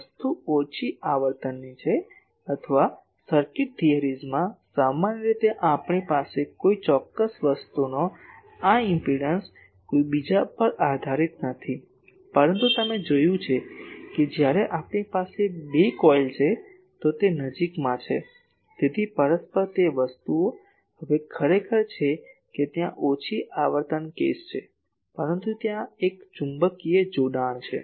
વસ્તુ ઓછી આવર્તનની છે અથવા સર્કિટ થિયરીઝમાં સામાન્ય રીતે આપણી પાસે કોઈ ચોક્કસ વસ્તુનો આ ઇમ્પેડંસ કોઈ બીજા પર આધારિત નથી પરંતુ તમે જોયું છે કે જ્યારે આપણી પાસે બે કોઇલ છે તો તે નજીકમાં છે તેથી પરસ્પર છે વસ્તુઓ હવે ખરેખર છે કે ત્યાં ઓછી આવર્તન કેસ છે પરંતુ ત્યાં એક ચુંબકીય જોડાણ છે